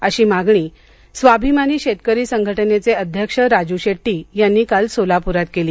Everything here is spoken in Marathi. अशी मागणी स्वाभिमानी शेतकरी संघटनेचे अध्यक्ष राजू शेट्टी यांनी काल सोलापुरात केली